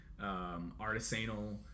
artisanal